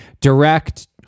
direct